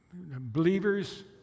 Believers